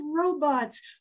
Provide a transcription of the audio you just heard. robots